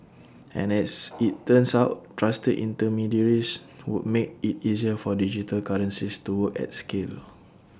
and as IT turns out trusted intermediaries would make IT easier for digital currencies to work at scale